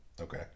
Okay